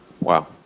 Wow